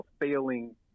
failing